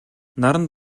наранд